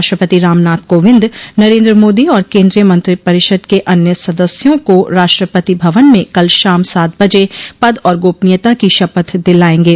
राष्ट्रपति रामनाथ कोविंद नरेन्द्र मोदी और केंद्रीय मंत्रिपरिषद के अन्य सदस्यों को राष्ट्रपति भवन में कल शाम सात बजे पद और गोपनीयता की शपथ दिलाएंगे